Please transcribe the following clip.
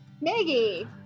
Maggie